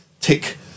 tick